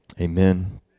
Amen